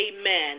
amen